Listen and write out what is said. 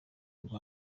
ngo